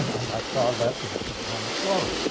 on my far left is roma torre,